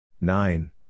Nine